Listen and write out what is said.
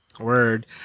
word